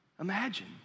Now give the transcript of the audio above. Imagine